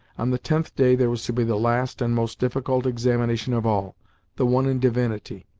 on the tenth day there was to be the last and most difficult examination of all the one in divinity.